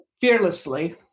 fearlessly